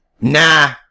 Nah